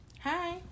Hi